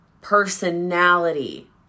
Personality